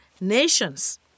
nations